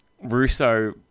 Russo